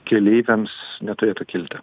keleiviams neturėtų kilti